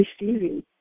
receiving